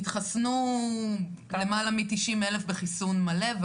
התחסנו למעלה מתשעים אלף בחיסון מלא,